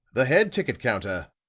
the head ticket counter,